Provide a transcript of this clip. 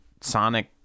Sonic